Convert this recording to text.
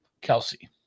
Kelsey